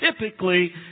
typically